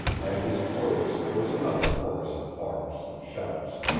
at his words there was another chorus of barks and shouts.